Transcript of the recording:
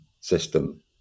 system